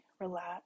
relax